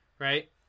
Right